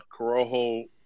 corojo